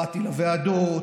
באתי לוועדות,